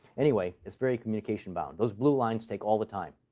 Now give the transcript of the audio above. anyway, it's very communication-bound. those blue lines take all the time.